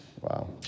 Wow